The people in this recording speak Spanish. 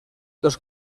los